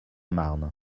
marne